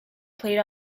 played